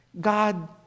God